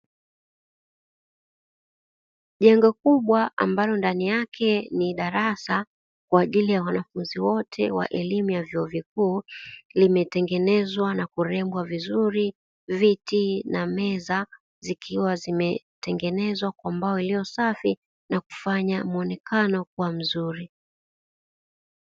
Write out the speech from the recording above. Jengo kubwa ambalo ndani yake ni darasa kwa ajili ya wanafunzi wote wa elimu ya vyuo vikuu, imetengenezwa na kurembwa vizuri viti na meza zikiwa zimetengenezwa kwa mbao iliyosafi na kufanya muonekano kuwa mzuri.